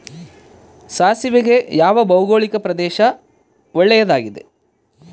ಸಾಸಿವೆಗೆ ಯಾವ ಭೌಗೋಳಿಕ ಪ್ರದೇಶ ಒಳ್ಳೆಯದಾಗಿದೆ?